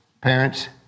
parents